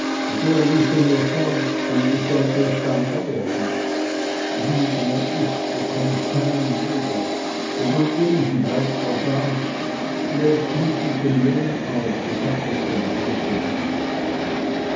der liefe mir fort und wie sollte ich dann bauren wie er ist bekomme ich keinen wieder wegen elisi bleibt er da schlägt nicht mit dem lohn auf ich habe das schon lang gemerkt